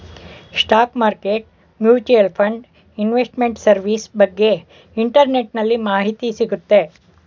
stock market mutual fund investment service ಬಗ್ಗೆ ಇಂಟರ್ನೆಟ್ಟಲ್ಲಿ ಮಾಹಿತಿ ಸಿಗುತ್ತೆ